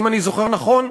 אם אני זוכר נכון,